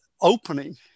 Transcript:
opening